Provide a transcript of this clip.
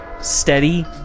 steady